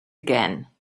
again